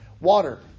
Water